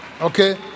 Okay